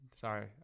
sorry